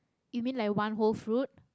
you mean like one whole fruit